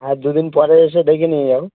আর দুদিন পরে এসে দেখিয়ে নিয়ে যাবে